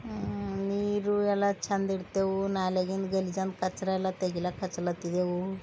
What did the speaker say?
ನೀರು ಎಲ್ಲ ಚಂದ ಇಡ್ತೇವು ನಾಲಿಗಿಂದು ಗಲಿಜಂದ ಕಚ್ರ ಎಲ್ಲ ತೆಗಿಲಾಕ ಹಚ್ಲತಿದೆವು